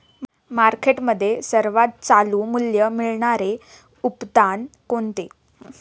मार्केटमध्ये सर्वात चालू मूल्य मिळणारे उत्पादन कोणते?